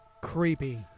Creepy